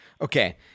Okay